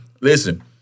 Listen